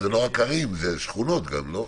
אגב, אלו לא רק ערים, אלו גם שכונות, לא?